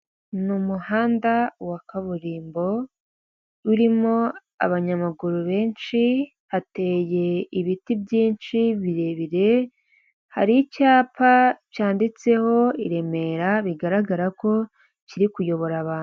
Ni umuhanda wa kaburimbo, urimo abanyamaguru benshi hateye ibiti byinshi birebire, hari icyapa cyanditseho i Remera bigaragara ko kiri kuyobora abantu.